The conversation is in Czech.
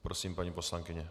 Prosím, paní poslankyně.